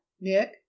Nick